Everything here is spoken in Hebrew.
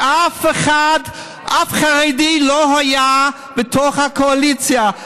כשאף חרדי לא היה בתוך הקואליציה.